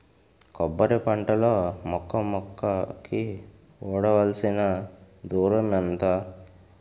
కొబ్బరి పంట లో మొక్క మొక్క కి ఉండవలసిన దూరం ఎంత